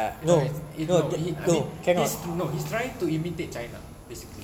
either way it eh no I mean he's no he's trying to imitate china basically